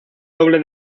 doble